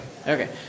Okay